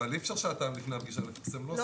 אי אפשר שעתיים לפני הפגישה לפרסם נוסח.